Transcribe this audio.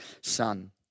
son